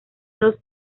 dos